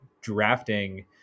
drafting